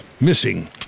Missing